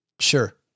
Sure